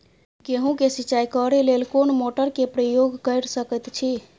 गेहूं के सिंचाई करे लेल कोन मोटर के प्रयोग कैर सकेत छी?